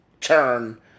turn